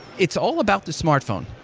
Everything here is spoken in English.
it's all about the smartphone,